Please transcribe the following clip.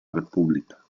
república